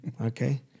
Okay